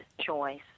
choice